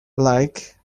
like